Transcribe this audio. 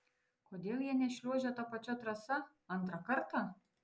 kodėl jie nešliuožė ta pačia trasa antrą kartą